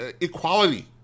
equality